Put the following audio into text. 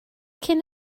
cyn